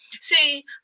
See